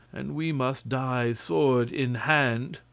and we must die sword in hand.